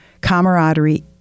camaraderie